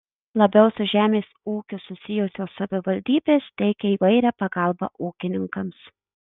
labiau su žemės ūkiu susijusios savivaldybės teikia įvairią pagalbą ūkininkams